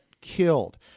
killed